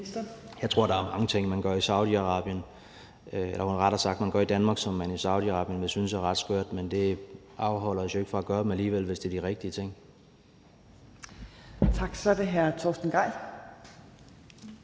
Jeg tror, der er mange ting, man gør i Danmark, som man i Saudi-Arabien må synes er ret skørt, men det afholder os jo ikke fra at gøre dem alligevel, hvis det er de rigtige ting.